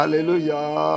Hallelujah